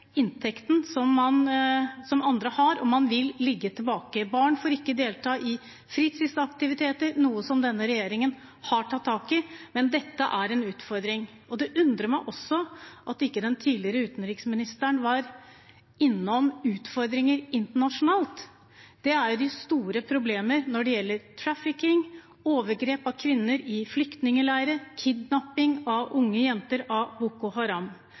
inntekten som andre har, og man vil ligge etter. Barn får ikke delta i fritidsaktiviteter, noe som denne regjeringen har tatt tak i. Men dette er en utfordring. Det undrer meg også at ikke den tidligere utenriksministeren var innom utfordringene internasjonalt. Det er store problemer når det gjelder trafficking, overgrep mot kvinner i flyktningleirer, kidnapping av unge jenter av Boko Haram.